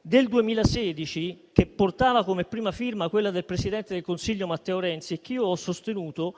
del 2016, che portava come prima firma quella del presidente del Consiglio Matteo Renzi e che io ho sostenuto,